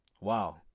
Wow